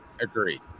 Agreed